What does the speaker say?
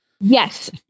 Yes